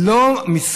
בצפון,